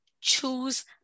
choose